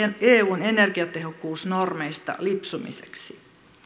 eun energiatehokkuusnormeista lipsumiseksi